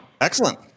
Excellent